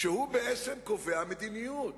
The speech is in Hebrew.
שבעצם קובע מדיניות,